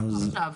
עכשיו.